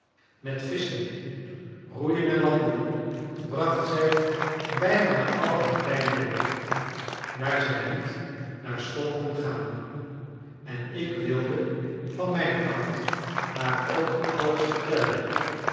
met visschen roeien en wandelen bracht zij bijna al haar tijd door daar zij niet naar school kon gaan en ik wilde van mijn kant haar ook alles vertellen